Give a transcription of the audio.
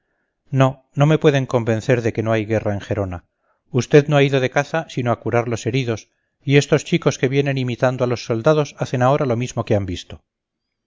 no no me pueden convencer de que no hay guerra en gerona usted no ha ido de caza sino a curar los heridos y estos chicos que vienen imitando a los soldados hacen ahora lo mismo que han visto